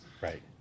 Right